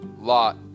lot